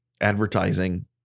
advertising